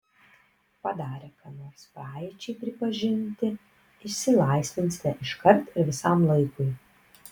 padarę ką nors praeičiai pripažinti išsilaisvinsite iškart ir visam laikui